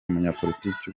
umunyapolitiki